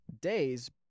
days